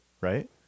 right